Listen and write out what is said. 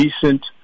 decent